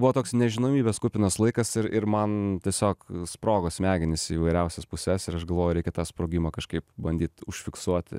buvo toks nežinomybės kupinas laikas ir ir man tiesiog sprogo smegenys į įvairiausias puses ir aš galvoju reikia tą sprogimą kažkaip bandyt užfiksuoti